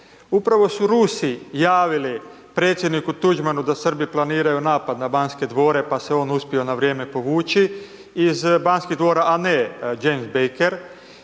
Upravo su Rusi javili predsjedniku Tuđmanu da Srbi planiraju napad na Banske dvore pa se on uspio na vrijeme povući iz Banskih dvora a ne James Baker.